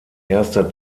erster